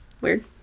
Weird